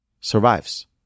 survives